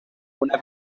una